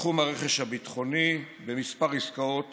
בתחום הרכש הביטחוני בכמה עסקאות